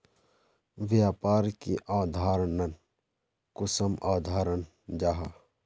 व्यापार की अवधारण कुंसम अवधारण जाहा?